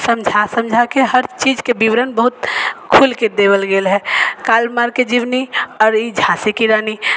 समझा समझा के हर चीज के विवरण बहुत खुल के देल गेल है कार्ल मार्क के जीवनी आओर ई झाँसी की रानी